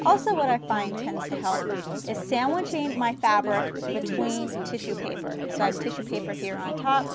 also what i find tends to help is sandwiching my fabric between tissue paper. so i have tissue paper here on top